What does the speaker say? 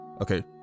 Okay